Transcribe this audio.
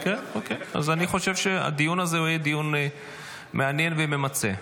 אני חשוב שהדיון הזה הוא יהיה דיון מעניין וממצה.